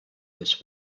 this